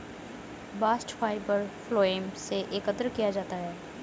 bast fibre phloem से एकत्र किया जाता है